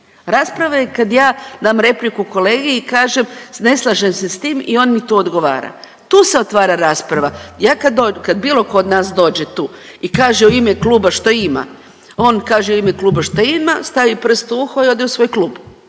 Rasprava je i kad ja dam repliku kolegi i kažem, ne slažem se s tim i on mi tu odgovara. Tu se otvara rasprava. Ja kad dođem, kad bilo tko od nas dođe tu i kaže u ime kluba što ima, on kaže u ime kluba što ima, stavi prst u uho i ode u svoj klub.